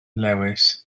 lewis